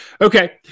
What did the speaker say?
Okay